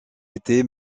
été